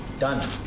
Done